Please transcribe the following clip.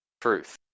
truth